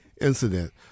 incident